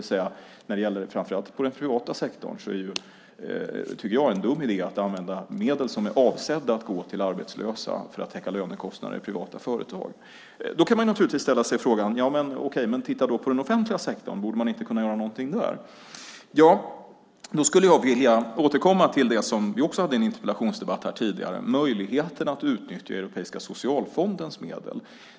Framför allt på den privata sektorn är det, tycker jag, en dum idé att använda medel som är avsedda att gå till arbetslösa för att täcka lönekostnader i privata företag. Då kan man naturligtvis säga: Titta på den offentliga sektorn! Borde man inte kunna göra någonting där? Då skulle jag vilja återkomma till det som vi också hade i en interpellationsdebatt här tidigare, möjligheten att utnyttja Europeiska socialfondens medel.